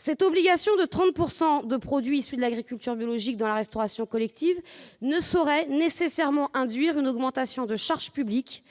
Cette obligation de recourir à hauteur de 30 % à des produits issus de l'agriculture biologique dans la restauration collective ne saurait nécessairement induire une augmentation des charges publiques.